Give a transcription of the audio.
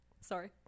Sorry